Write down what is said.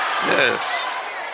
Yes